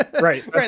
right